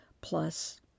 Plus